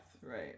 right